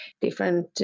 different